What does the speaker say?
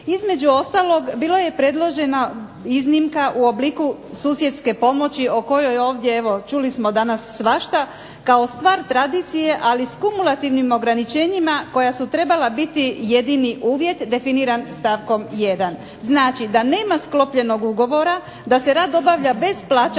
Između ostalog bilo je predložena iznimka u obliku susjedske pomoći o kojoj ovdje, evo čuli smo danas svašta, kao stvar tradicije, ali s kumulativnim ograničenjima, koja su trebala biti jedini uvjet definiran stavkom 1. Znači da nema sklopljenog ugovora, da se rad obavlja bez plaćanja